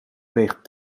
weegt